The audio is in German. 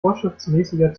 vorschriftsmäßiger